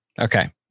okay